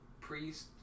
priest